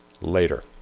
later